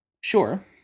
Sure